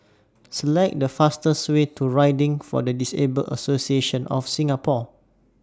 Select The fastest Way to Riding For The Disabled Association of Singapore